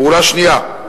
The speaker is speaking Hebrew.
פעולה שנייה,